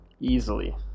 easily